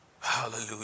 Hallelujah